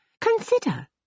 Consider